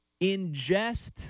ingest